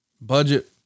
budget